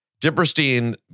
Dipperstein